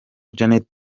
janet